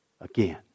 Again